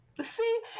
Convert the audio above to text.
See